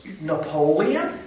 Napoleon